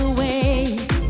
ways